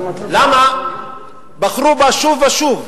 למה בחרו בה שוב ושוב?